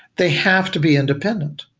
they have to be independent.